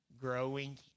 Growing